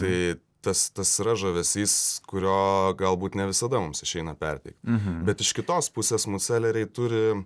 tai tas tas žavesys kurio galbūt ne visada mums išeina perteik bet iš kitos pusės mūdseleriai turi